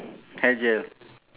hair gel